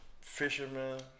fisherman